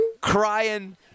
crying